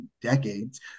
decades